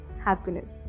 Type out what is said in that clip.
happiness